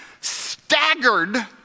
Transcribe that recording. staggered